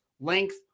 Length